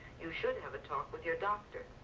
you should have a talk with your doctor.